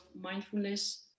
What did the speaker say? mindfulness